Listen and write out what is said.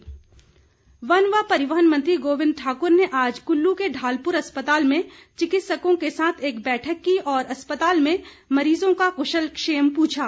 गोविंद ठाकुर वन व परिवहन मंत्री गोविंद ठाकुर ने आज कुल्लू के ढालपुर अस्पताल में चिकित्सकों के साथ एक बैठक की और अस्पताल में मरीजों का कुशलक्षेम पूछा